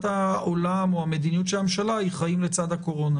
העולם או המדיניות של הממשלה היא חיים לצד הקורונה.